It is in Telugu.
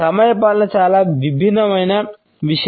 సమయపాలన చాలా భిన్నమైన విషయం